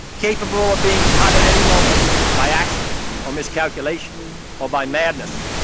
capable of being cut at any moment by accident or miscalculation or by madness.